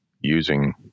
using